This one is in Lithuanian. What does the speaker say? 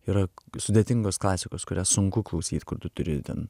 yra sudėtingos klasikos kurią sunku klausyti kur tu turi ten